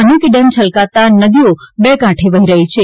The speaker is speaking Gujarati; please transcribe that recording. અનેક ડેમ છલકાતા નદીઓ બે કાંઠે વહી રહી છે